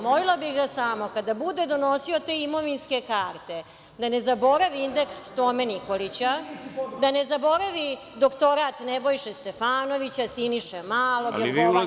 Molila bih ga samo kada bude donosio te imovinske karte da ne zaboravi indeks Tome Nikolića, da ne zaboravi doktorat Nebojše Stefanovića, Siniše Malog, Jorgovanke Tabaković.